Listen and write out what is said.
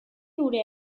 hura